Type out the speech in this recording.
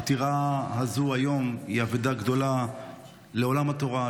הפטירה הזו היום היא אבדה גדולה לעולם התורה,